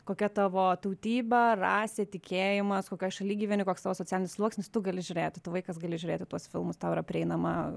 kokia tavo tautybė rasė tikėjimas kokioj šaly gyveni koks tavo socialinis sluoksnis tu gali žiūrėti tu vaikas gali žiūrėti tuos filmus tau yra prieinama